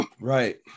Right